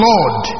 Lord